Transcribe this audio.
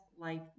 life